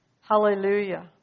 Hallelujah